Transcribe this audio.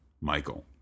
Michael